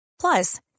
Plus